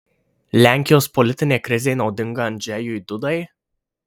lenkijos politinė krizė naudinga andžejui dudai